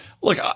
Look